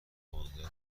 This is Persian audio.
پانزده